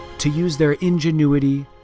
to use their ingenuity,